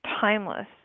timeless